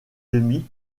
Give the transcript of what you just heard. demi